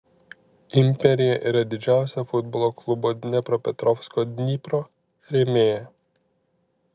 imperija yra didžiausia futbolo klubo dniepropetrovsko dnipro rėmėja